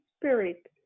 Spirit